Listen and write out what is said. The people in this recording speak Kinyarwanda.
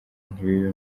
ntibibe